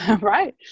right